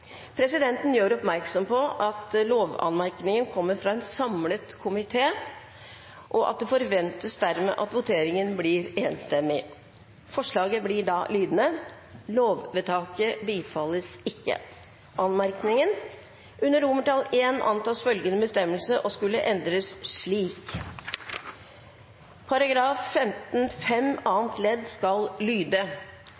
Presidenten gjør oppmerksom på at lovanmerkningen kommer fra en samlet komité, og at det dermed forventes at voteringen blir enstemmig. Forslaget blir da lydende: «Lovvedtaket bifalles ikke. Anmerkning: Under I antas følgende bestemmelser å skulle endres slik: § 15-5 annet ledd skal lyde: